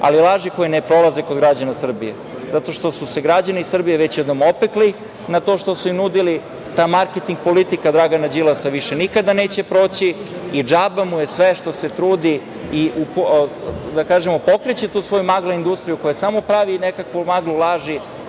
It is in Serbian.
ali laži koje ne prolaze kod građana Srbije, zato što su se građani Srbije već jednom opekli na to što su im nudili. Ta marketing politika Dragana Đilasa više nikada neće proći i džaba mu je sve što se trudi i da kažemo pokreće tu svoju magla - industriju koja samo pravi nekakvu maglu laži,